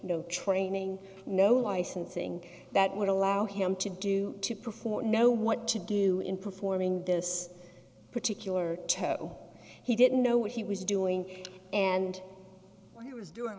no training no licensing that would allow him to do to perform know what to do in performing this particular church he didn't know what he was doing and he was doing